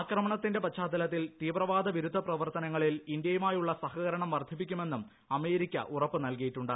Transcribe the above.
ആക്രമണത്തിന്റെ പശ്ചാത്തലത്തിൽ തീവ്രവാദ വിരുദ്ധ പ്രവർത്തനങ്ങളിൽ ഇന്ത്യയുമായുള്ള സഹകരണം വർദ്ധിപ്പിക്കുമെന്നും അമേരിക്ക ഉറപ്പ് നൽകിയിട്ടുണ്ട്